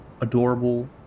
adorable